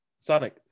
Sonic